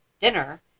dinner